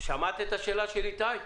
שמעת את השאלה של איתי?